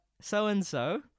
So-and-so